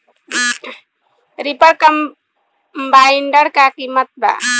Reaper कम्बाइंडर का किमत बा?